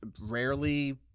rarely